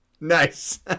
Nice